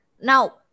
Now